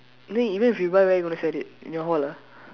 then even if you buy right where you gonna set it in your hall lah